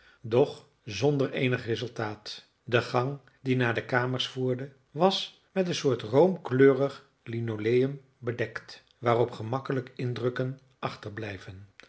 doch zonder eenig resultaat de gang die naar de kamers voerde was met een soort roomkleurig linoleum bedekt waarop gemakkelijk indrukken achterblijven